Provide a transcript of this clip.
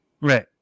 right